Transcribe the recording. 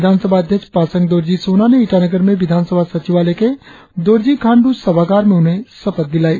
विधानसभा अध्यक्ष पासांग दोरजी सोना ने ईटानगर में विधानसभा सचिवालय के दोरजी खांडू सभागार में उन्हें शपथ दिलाई